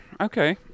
okay